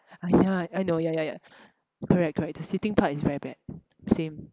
I know I know ya ya ya correct correct the sitting part is very bad same